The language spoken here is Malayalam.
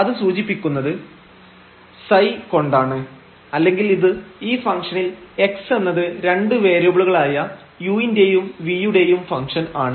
അത് സൂചിപ്പിക്കുന്നത് ψ കൊണ്ടാണ് അല്ലെങ്കിൽ ഇത് ഈ ഫംഗ്ഷനിൽ x എന്നത് 2 വേരിയബിളുകളായ u ന്റെയും v യുടെയും ഫംഗ്ഷൻ ആണ്